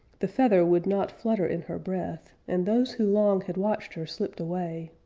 the feather would not flutter in her breath and those who long had watched her slipped away,